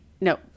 No